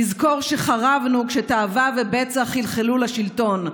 תזכור שחרבנו כשתאווה ובצע חלחלו לשלטון,